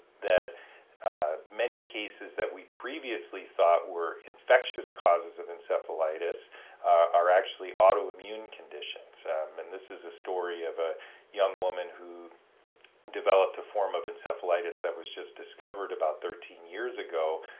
that many cases that we previously thought were infectious causes of encephalitis are actually autoimmune conditions and this is a story of a young woman who developed a form of encephalitis that was just discovered about thirteen years ago.